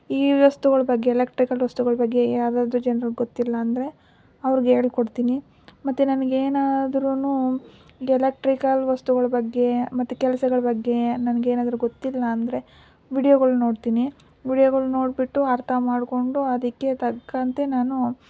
ಈ ವಸ್ತುಗಳ ಬಗ್ಗೆ ಎಲೆಕ್ಟ್ರಿಕಲ್ ವಸ್ತುಗಳ ಬಗ್ಗೆ ಯಾವುದಾದ್ರೂ ಜನ್ರಿಗೆ ಗೊತ್ತಿಲ್ಲ ಅಂದರೆ ಅವ್ರ್ಗೆ ಹೇಳಿಕೊಡ್ತೀನಿ ಮತ್ತು ನನ್ಗೆ ಏನಾದ್ರೂ ಇದು ಎಲೆಕ್ಟ್ರಿಕಲ್ ವಸ್ತುಗಳ ಬಗ್ಗೆ ಮತ್ತು ಕೆಲಸಗಳ ಬಗ್ಗೆ ನನಗೇನಾದ್ರೂ ಗೊತ್ತಿಲ್ಲ ಅಂದರೆ ವೀಡಿಯೋಗಳು ನೋಡ್ತೀನಿ ವೀಡಿಯೋಗಳು ನೋಡಿಬಿಟ್ಟು ಅರ್ಥ ಮಾಡಿಕೊಂಡು ಅದಕ್ಕೆ ತಕ್ಕಂತೆ ನಾನು